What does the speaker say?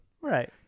Right